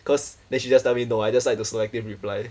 cause then she just tell me no I just like to selective reply